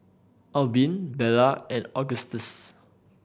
Albin Bella and Agustus